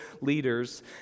leaders